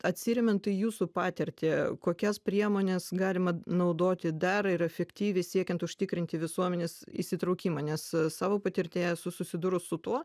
atsiremiant į jūsų patirtį kokias priemones galima naudoti dar ir efektyviai siekiant užtikrinti visuomenės įsitraukimą nes savo patirtyje esu susidūrus su tuo